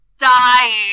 dying